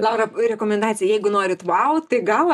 laura rekomendacija jeigu norit vau tai gal